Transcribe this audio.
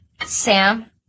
Sam